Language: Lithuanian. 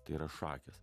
tai yra šakės